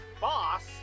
boss